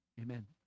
Amen